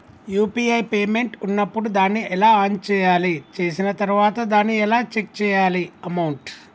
UPI payment ఉన్నప్పుడు దాన్ని ఎలా ఆన్ చేయాలి? చేసిన తర్వాత దాన్ని ఎలా చెక్ చేయాలి అమౌంట్?